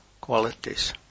qualities